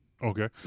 Okay